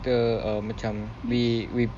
kita um macam we we